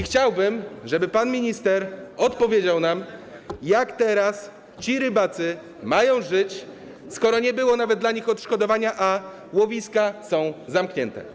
Chciałbym, żeby pan minister odpowiedział nam, jak teraz ci rybacy mają żyć, skoro nie było dla nich nawet odszkodowania, a łowiska są zamknięte.